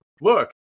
look